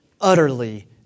utterly